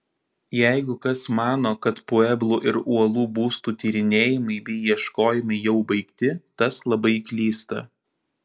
jeigu kas mano kad pueblų ir uolų būstų tyrinėjimai bei ieškojimai jau baigti tas labai klysta